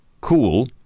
cool